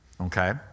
Okay